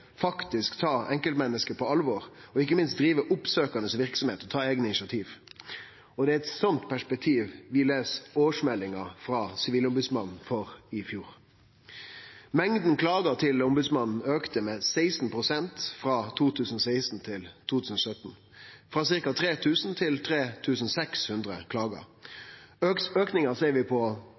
ikkje minst drive oppsøkjande verksemd og ta eigne initiativ. Det er i eit slikt perspektiv vi les årsmeldinga frå Sivilombodsmannen for i fjor. Talet på klagar til Ombodsmannen auka med 16 pst. frå 2016 til 2017 – frå ca. 3 000 til 3 600 klagar. Auken ser vi på